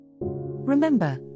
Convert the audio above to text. Remember